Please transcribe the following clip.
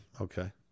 Okay